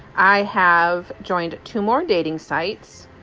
i have joined two more dating sites.